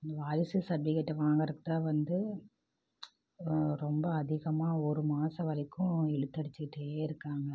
வாரிசு சர்ட்பிகேட்டை வாங்கிறத்தான் வந்து ரொம்ப அதிகமாக ஒரு மாதம் வரைக்கும் இழுத்தடிச்சுக்கிட்டே இருக்காங்க